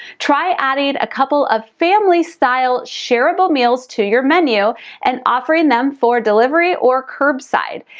try adding a couple of family-style shareable meals to your menu and offering them for delivery or curbside.